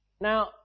Now